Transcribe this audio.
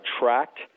tracked